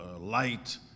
light